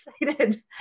excited